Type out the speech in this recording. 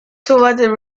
toward